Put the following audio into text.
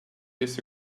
this